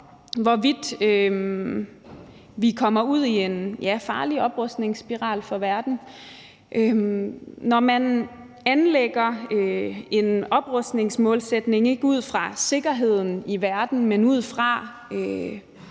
hvorvidt vi kommer ud i en farlig oprustningsspiral for verden. Når man anlægger en oprustningsmålsætning ikke ud fra sikkerheden i verden, men ud fra